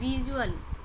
visual